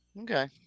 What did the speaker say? Okay